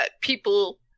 people